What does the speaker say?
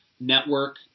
network